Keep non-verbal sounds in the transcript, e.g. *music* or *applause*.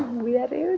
*unintelligible*